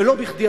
ולא בכדי,